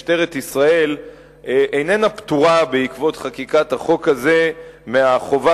משטרת ישראל איננה פטורה בעקבות חקיקת החוק הזה מהחובה